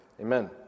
amen